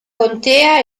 contea